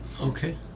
Okay